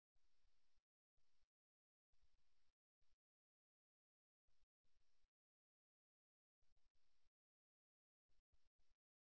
உதாரணமாக ஒரு வகுப்பில் ஒரு சுற்றுலாவிற்கு சொல்ல அறிவிக்கப்பட வேண்டுமானால் மிகவும் ஆர்வமுள்ள மாணவர்கள் உடனடியாக தங்கள் கால்விரல்களை மேல்நோக்கி நகர்த்துவர்